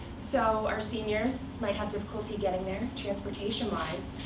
so our seniors might have difficulty getting there, transportation-wise,